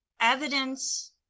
evidence